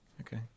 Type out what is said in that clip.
Okay